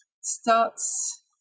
starts